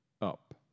up